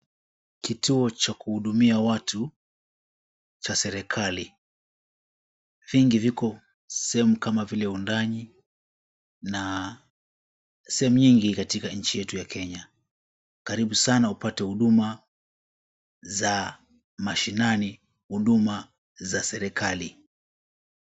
Kituo cha kuhudumia watu cha serikali. Vingi viko sehemu kama vile Udanyi na sehemu nyingi katika nchi yetu ya Kenya. Karibu saana upate huduma za mashinani huduma za serikali.